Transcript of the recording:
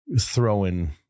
throwing